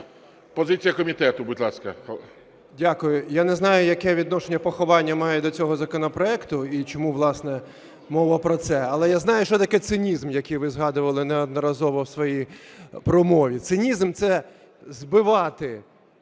Позиція комітету, будь ласка. 11:47:16 ГЕТМАНЦЕВ Д.О. Дякую. Я не знаю, яке відношення поховання має до цього законопроекту і чому, власне, мова про це, але я знаю, що таке цинізм, який ви згадували неодноразово у своїй промові. Цинізм – це "збивати"